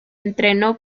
entrenó